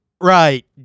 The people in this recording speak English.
right